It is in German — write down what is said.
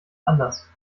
anders